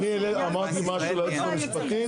אני אמרתי משהו ליועצת המשפטית.